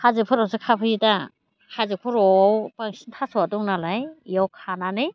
हाजोफोरावसो खाफैयो दा हाजो खर'आव बांसिन थास'आ दं नालाय बेयाव खानानै